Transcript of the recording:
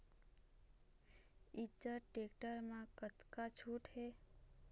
Eicher tractor म कतका छूट हे?